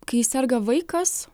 kai serga vaikas